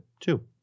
Two